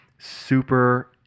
super